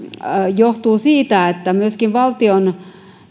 johtuu siitä että myöskin valtion